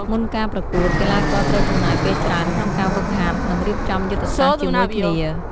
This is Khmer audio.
មុនការប្រកួត កីឡាករត្រូវចំណាយពេលច្រើនក្នុងការហ្វឹកហាត់ និងរៀបចំយុទ្ធសាស្ត្រជាមួយគ្នា។